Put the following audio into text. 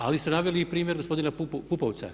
Ali ste naveli i primjer gospodina Pupovca.